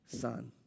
son